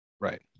Right